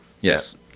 yes